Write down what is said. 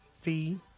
Fee